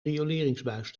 rioleringsbuis